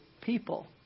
people